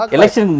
Election